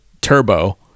Turbo